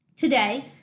Today